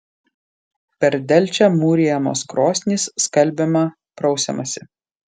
per delčią mūrijamos krosnys skalbiama prausiamasi